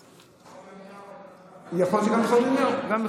רחוב ירמיהו --- יכול להיות שגם רחוב ירמיהו,